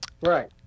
Right